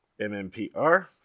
MMPR